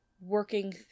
working